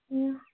ନା